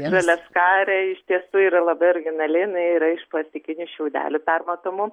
žaliaskarė iš tiesų yra labai originali jinai yra iš plastikinių šiaudelių permatomų